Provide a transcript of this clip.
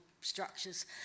structures